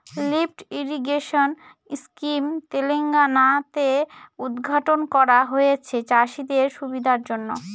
lift irrigation scheme Telangana তে উদ্ঘাটন করা হয়েছে চাষীদের সুবিধার জন্য